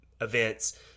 events